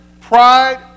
pride